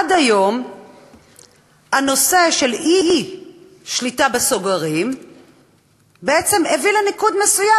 עד היום הנושא של אי-שליטה בסוגרים הביא לניקוד מסוים,